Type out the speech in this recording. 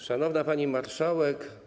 Szanowna Pani Marszałek!